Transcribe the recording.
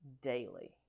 daily